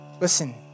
Listen